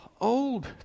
Old